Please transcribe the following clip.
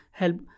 help